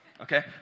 Okay